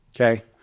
Okay